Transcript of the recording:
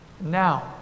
Now